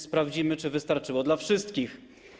Sprawdzimy, czy wystarczyło dla wszystkich.